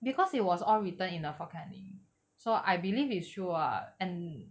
because it was all written in the fort canning so I believe is true ah and